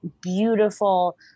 beautiful